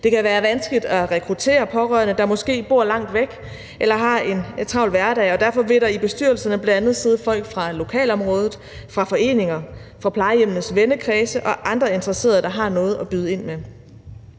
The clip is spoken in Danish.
Det kan være vanskeligt at rekruttere pårørende, der måske bor langt væk eller har en travl hverdag. Derfor vil der i bestyrelserne bl.a. sidde folk fra lokalområdet, fra foreninger, fra plejehjemmenes vennekredse og andre interesserede, der har noget at byde ind med.